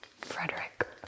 Frederick